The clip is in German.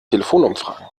telefonumfragen